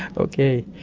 ah okay.